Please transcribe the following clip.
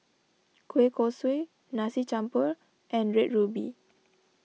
Kueh Kosui Nasi Campur and Red Ruby